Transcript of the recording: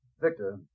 Victor